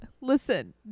Listen